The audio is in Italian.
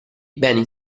beni